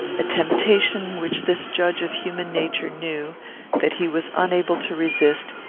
a temptation which this judge of human nature knew that he was unable to resist,